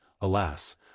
alas